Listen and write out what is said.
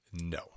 No